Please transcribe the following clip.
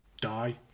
die